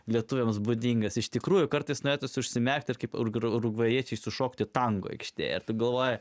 lietuviams būdingas iš tikrųjų kartais net užsimerkti ir kaip urugvajiečiai sušokti tango aikštė galvoja